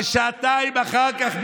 ושעתיים אחר כך,